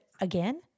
again